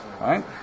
Right